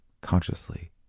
consciously